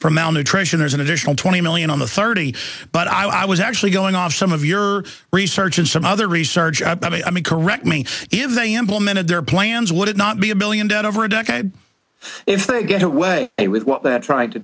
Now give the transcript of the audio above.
from malnutrition as an additional twenty million on the thirty but i was actually going off some of your research and some other research i mean correct me if they implemented their plans would it not be a million dead over a decade if they get away with what they're trying to